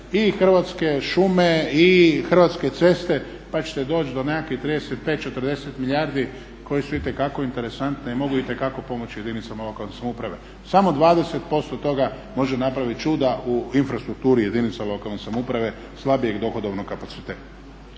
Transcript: i Hrvatske šume i Hrvatske ceste pa ćete doći do nekakvih 35, 40 milijardi koje su itekako interesantne i mogu itekako pomoći jedinicama lokalne samouprave. Samo 20% toga može napraviti čuda u infrastrukturi jedinica lokalne samouprave slabijeg dohodovnog kapaciteta.